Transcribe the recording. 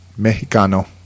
Mexicano